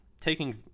taking